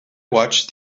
watched